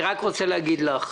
אני רק רוצה להגיד לך.